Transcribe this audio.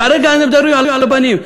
כרגע אנחנו מדברים על הבנים.